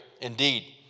Indeed